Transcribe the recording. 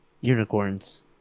unicorns